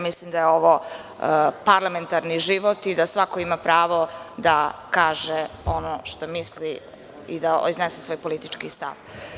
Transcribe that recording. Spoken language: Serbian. Mislim da je ovo parlamentarni život i da svako ima pravo da kaže ono što misli i da iznese svoj politički stav.